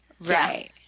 Right